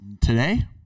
today